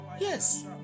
yes